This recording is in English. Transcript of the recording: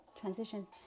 transition